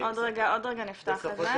עוד רגע נפתח את זה.